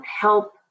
help